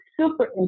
super